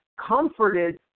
comforted